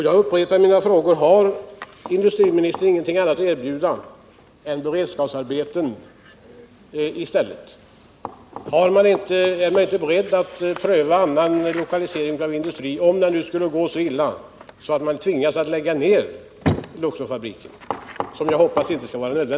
Jag upprepar mina frågor: Har industriministern ingenting annat att erbjuda än beredskapsarbeten? Är han inte beredd att pröva annan lokalisering av industri, om det nu skulle gå så illa att man tvingas lägga ned Luxorfabriken?